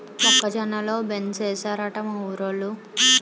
మొక్క జొన్న లో బెంసేనేశారట మా ఊరోలు